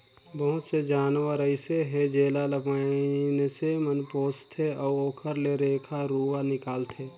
बहुत से जानवर अइसे हे जेला ल माइनसे मन पोसथे अउ ओखर ले रेखा रुवा निकालथे